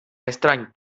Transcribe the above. estrany